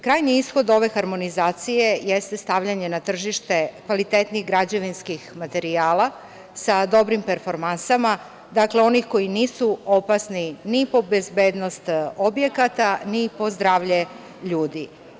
Krajnji ishod ove harmonizacije jeste stavljanje na tržište kvalitetnih građevinskih materijala, sa dobrim performansama, dakle onih koji nisu opasni ni po bezbednost objekata, ni po zdravlje ljudi.